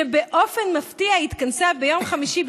שבאופן מפתיע התכנסה ביום חמישי,